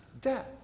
death